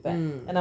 mm